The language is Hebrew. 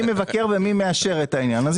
-- מי מבקר ומי מאשר את העניין?